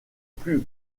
plus